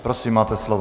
Prosím máte slovo.